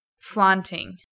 Flaunting